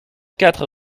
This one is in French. quatre